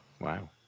Wow